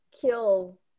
kill